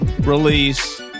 release